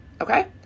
okay